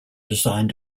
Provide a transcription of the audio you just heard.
designed